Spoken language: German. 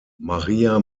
maria